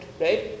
right